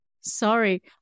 Sorry